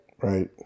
right